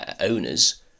owners